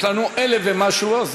יש לנו 1,000 ומשהו.